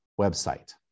website